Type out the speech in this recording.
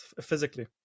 physically